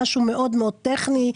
משהו מאוד מאוד טכני.